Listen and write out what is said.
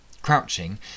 Crouching